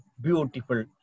beautiful